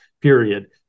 period